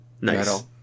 Nice